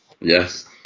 Yes